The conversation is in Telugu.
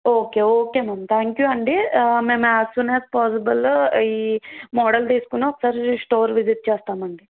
ఓకే ఓకేనండీ త్యాంక్ యూ అండీ మేము యాస్ సూన్ యాస్ పాజిబుల్ ఈ మోడల్ తీసుకొని ఒకసారి స్టోర్ విజిట్ చేస్తామండీ